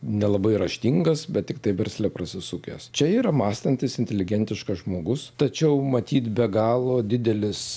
nelabai raštingas bet tiktai versle prasisukęs čia yra mąstantis inteligentiškas žmogus tačiau matyt be galo didelis